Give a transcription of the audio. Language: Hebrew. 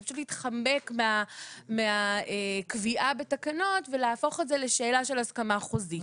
זה פשוט להתחמק מהקביעה בתקנות ולהפוך את זה לשאלה של הסכמה חוזית.